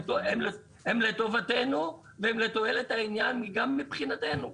הם לטובתנו והם לתועלת העניין גם מבחינתנו.